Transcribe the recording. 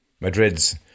Madrid's